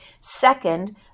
Second